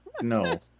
No